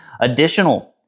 additional